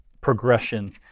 progression